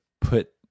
put